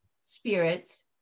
spirits